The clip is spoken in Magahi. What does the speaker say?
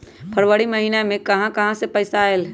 फरवरी महिना मे कहा कहा से पैसा आएल?